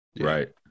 Right